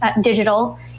digital